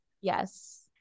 Yes